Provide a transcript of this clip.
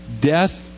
Death